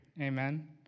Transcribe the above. Amen